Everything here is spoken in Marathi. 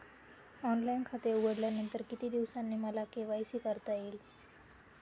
ऑनलाईन खाते उघडल्यानंतर किती दिवसांनी मला के.वाय.सी करता येईल?